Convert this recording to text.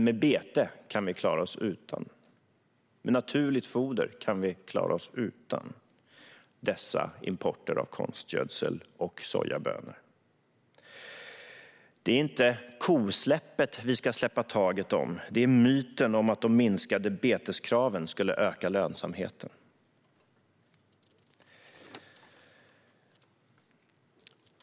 Med bete - med naturligt foder - kan vi dock klara oss utan dessa importer av konstgödsel och sojabönor. Det är inte kosläppet vi ska släppa taget om, utan det är myten om att de minskade beteskraven skulle öka lönsamheten.